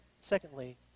secondly